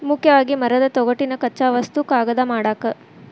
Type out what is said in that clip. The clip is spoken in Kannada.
ಮುಖ್ಯವಾಗಿ ಮರದ ತೊಗಟಿನ ಕಚ್ಚಾ ವಸ್ತು ಕಾಗದಾ ಮಾಡಾಕ